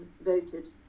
voted